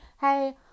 hey